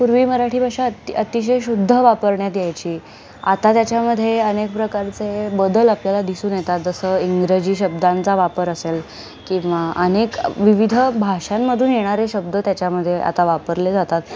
पूर्वी मराठी भाषा अति अतिशय शुद्ध वापरण्यात यायची आता त्याच्यामध्ये अनेक प्रकारचे बदल आपल्याला दिसून येतात जसं इंग्रजी शब्दांचा वापर असेल किंवा अनेक विविध भाषांमधून येणारे शब्द त्याच्यामधे आता वापरले जातात